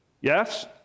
Yes